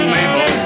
Mabel